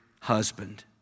husband